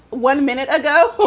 one minute ago.